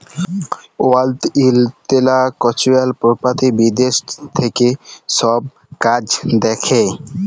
world intellectual property বিদ্যাশ থ্যাকে ছব কাজ দ্যাখে